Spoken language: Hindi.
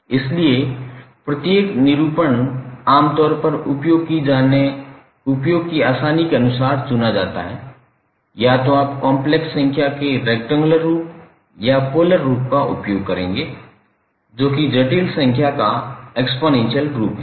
इसलिए प्रत्येक निरूपण आमतौर पर उपयोग की आसानी के अनुसार चुना जाता है या तो आप कॉम्प्लेक्स संख्या के रेक्टेंगुलर रूप या पोलर रूप का उपयोग करेंगे जो कि जटिल संख्या का एक्सपोनेंशियल रूप है